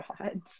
god